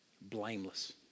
Blameless